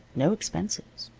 no expenses.